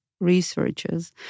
researchers